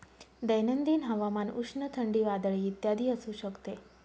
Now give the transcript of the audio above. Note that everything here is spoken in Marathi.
दैनंदिन हवामान उष्ण, थंडी, वादळी इत्यादी असू शकते